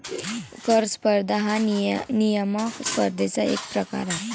कर स्पर्धा हा नियामक स्पर्धेचा एक प्रकार आहे